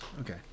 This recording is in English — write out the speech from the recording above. Okay